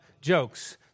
jokes